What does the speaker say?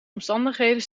omstandigheden